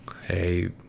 hey